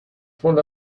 full